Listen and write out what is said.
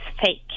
fake